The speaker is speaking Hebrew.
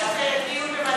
יש איזה דיון בוועדת,